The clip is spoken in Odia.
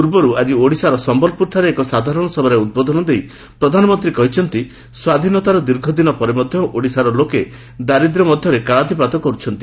ପୂର୍ବରୁ ଆକି ଓଡ଼ିଶାର ସମ୍ଭଲପ୍ରରଠାରେ ଏକ ସାଧାରଣ ସଭାରେରେ ଉଦ୍ବୋଧନ ଦେଇ ପ୍ରଧାନମନ୍ତ୍ରୀ କହିଛନ୍ତି ସ୍ୱାଧୀନତାର ଦୀର୍ଘଦିନ ପରେ ମଧ୍ୟ ଓଡ଼ିଶାର ଲୋକେ ଦାରିଦ୍ର୍ୟ ମଧ୍ୟରେ କାଳାତିପାତ କରୁଛନ୍ତି